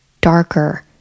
darker